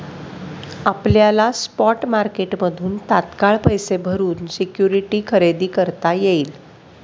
आपल्याला स्पॉट मार्केटमधून तात्काळ पैसे भरून सिक्युरिटी खरेदी करता येईल